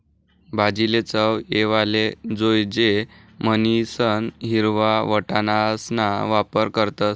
भाजीले चव येवाले जोयजे म्हणीसन हिरवा वटाणासणा वापर करतस